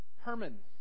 Herman